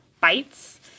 bites